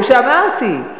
הוא שאמרתי.